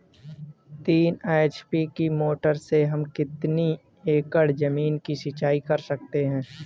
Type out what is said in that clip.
तीन एच.पी की मोटर से हम कितनी एकड़ ज़मीन की सिंचाई कर सकते हैं?